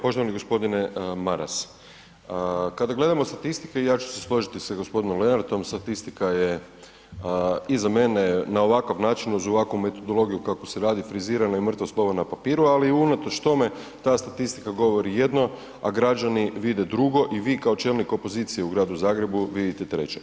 Poštovani g. Maras, kada gledamo statistike i ja ću se složiti sa g. Lenartom, statistika je i za mene na ovakav način uz ovakvu metodologiju kako se radi frizirano i mrtvo slovo na papiru, ali i unatoč tome ta statistika govori jedno, a građani vide druge i vi kao čelnik opozicije u Gradu Zagrebu vidite treće.